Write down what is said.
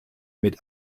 mit